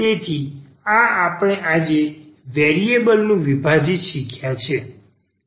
તેથી આ આપણે આજે વેરિએબલ નું વિભાજિત શીખ્યા છે